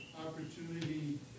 opportunity